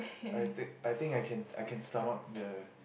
I think I think I can I can sum up the